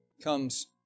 comes